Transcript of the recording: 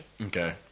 Okay